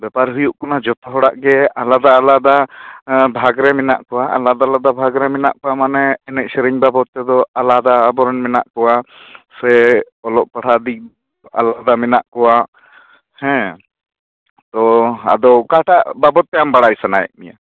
ᱵᱮᱯᱟᱨ ᱦᱩᱭᱩᱜ ᱠᱟᱱᱟ ᱡᱚᱛᱚ ᱦᱚᱲᱟᱜ ᱜᱮ ᱟᱞᱟᱫᱟ ᱟᱞᱟᱫᱟ ᱵᱷᱟᱜᱽ ᱨᱮ ᱢᱮᱱᱟᱜ ᱢᱮᱱᱟᱜ ᱠᱚᱣᱟ ᱟᱞᱟᱫᱟ ᱟᱞᱟᱫᱟ ᱵᱷᱟᱜᱽ ᱨᱮ ᱢᱮᱱᱟᱜ ᱠᱚᱣᱟ ᱢᱟᱱᱮ ᱮᱱᱮᱡ ᱥᱮᱨᱮᱧ ᱵᱟᱵᱚᱫ ᱛᱮᱫᱚ ᱟᱞᱟᱫᱟ ᱟᱵᱚᱨᱮᱱ ᱢᱮᱱᱟᱜ ᱠᱚᱣᱟ ᱥᱮ ᱚᱞᱚᱜ ᱯᱟᱲᱦᱟ ᱫᱤᱡ ᱟᱞᱟᱫᱟ ᱢᱮᱱᱟᱜ ᱠᱚᱣᱟ ᱦᱮᱸ ᱟᱫᱚ ᱚᱠᱟᱴᱟᱜ ᱵᱟᱵᱚᱫ ᱛᱮ ᱟᱢ ᱵᱟᱲᱟᱭ ᱥᱟᱱᱟᱭᱮᱫ ᱢᱮᱭᱟ